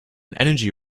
energy